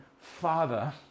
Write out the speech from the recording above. Father